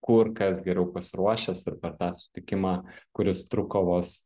kur kas geriau pasiruošęs ir per tą susitikimą kuris truko vos